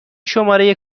شماره